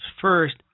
first